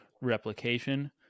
replication